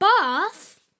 bath